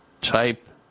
type